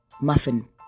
muffin